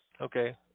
Okay